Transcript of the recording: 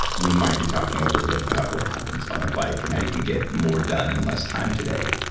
we might be talking a little bit about what happens on a bike and how you can get more done in less time today.